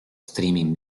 streaming